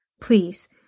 Please